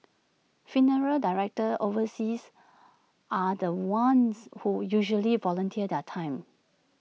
funeral directors overseas are the ones who usually volunteer their time